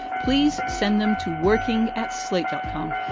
please send them to working at slate dot com.